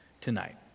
tonight